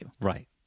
Right